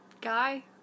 guy